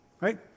Right